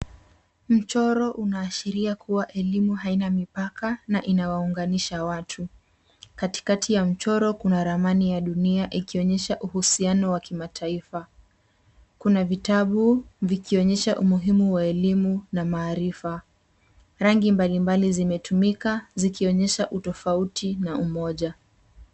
Mchoro unaashiria kuwa elimu haina mipaka na inawaunganisha watu. Katikati ya mchoro kuna ramani ya dunia ikionyesha uhusiano wa kimataifa. kuna vitabu vikionyesha umuhimu wa elimu na maarifa. Rangi mbalimbali zimetumika, zikionyesha utofauti na umoja.